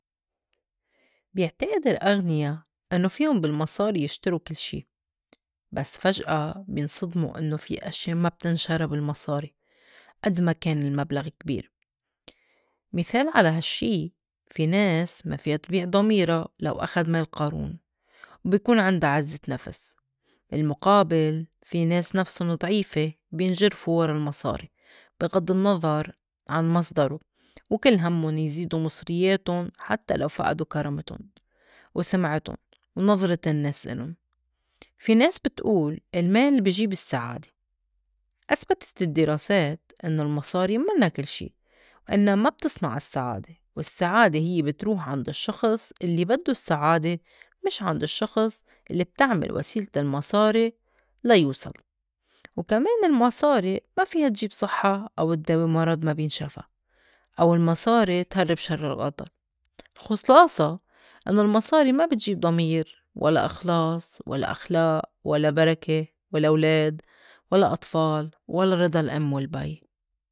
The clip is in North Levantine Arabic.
بيعتقد الأغنيا إنّو فيون بالمصاري يشترو كل شي، بس فجأة ينصدموا إنّو في أشيا ما بتنشرى بالمصاري أد ما كان المبلغ كبير. مثال على هالشّي، في ناس ما فيا تبيع ضميرا لو أخد مال قارون وبيكون عِندا عِزّت نفس، بالمُقابل في ناس نفسُن ضعيفة بينجرفو ورا المصاري بي غض النّظر عن مصدرو وكل همُّن يزيدوا مصرياتُن حتّى لو فأدو كارمتن وسِمعتُن ونظرت النّاس إلُن. في ناس بتقول المال بي جيب السّعادة، أسبتت الدّراسات إنّو المصاري منّا كل شي وإنّا ما بتصنع السّعادة، والسّعادة هيّ بتروح عند الشّخص الّي بدّو السّعادة مش عند الشّخص لِبتعمل وسيلة المصاري ليوصل. وكمان المصاري ما فيا تجيب صحّة أو تداوي مرض ما بينشفى، أو المصاري تهرّب شر القدر. الخُص- الخُلاصة إنّو المصاري ما بتجيب ضمير، ولا إخلاص، ولا أخلاق، ولا بركة، ولا ولاد ولا أطفال، ولا رِضى الأم والبي.